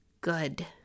good